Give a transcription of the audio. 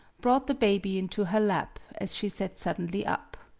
brought the baby into her lap as she sat suddenly up.